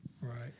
Right